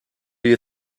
you